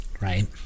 right